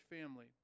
family